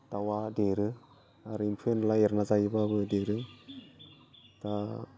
दाउआ देरो आरो एम्फौ एनला एरना जायोब्लाबो देरो दा